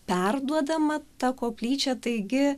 perduodama ta koplyčia taigi